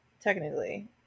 technically